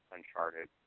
Uncharted